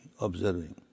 observing